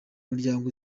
muryango